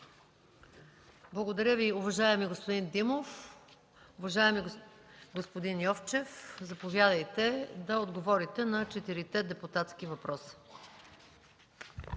Благодаря Ви, уважаеми господин Димов. Уважаеми господин Йовчев, заповядайте да отговорите на четирите депутатски въпроса.